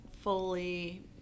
fully